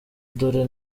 dore